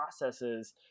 processes